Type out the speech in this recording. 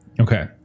Okay